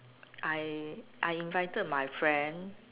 I I invited my friend